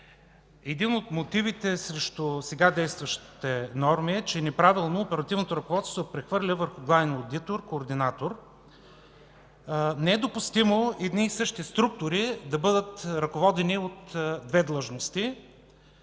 Един от мотивите срещу сега действащите норми е, че неправилно оперативното ръководство се прехвърля върху главен одитор, координатор. Не е допустимо едни и същи структури да бъдат ръководени от две длъжности.